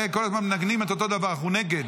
כל הזמן מנגנים את אותו דבר: אנחנו נגד.